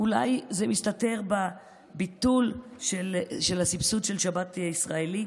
אולי זה מסתתר בביטול של הסבסוד של שבת ישראלית,